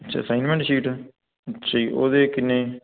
ਅੱਛਾ assignment sheet ਅੱਛਾ ਜੀ ਉਹਦੇ ਕਿੰਨੇ